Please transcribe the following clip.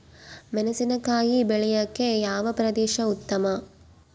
ಮೆಣಸಿನಕಾಯಿ ಬೆಳೆಯೊಕೆ ಯಾವ ಪ್ರದೇಶ ಉತ್ತಮ?